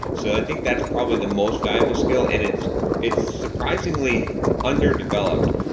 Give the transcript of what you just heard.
so i think that's probably the most valuable skill, and it's it's surprisingly underdeveloped.